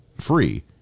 free